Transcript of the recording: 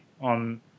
on